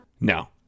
No